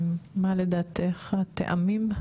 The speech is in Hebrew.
מה לדעתך הטעמים ?